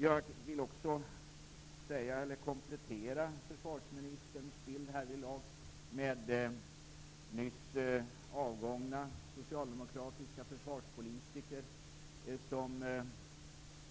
Jag vill också komplettera försvarsministerns bild härvidlag med att nämna några nyss avgångna socialdemokratiska försvarspolitiker som